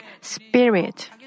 spirit